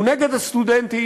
הוא נגד הסטודנטים,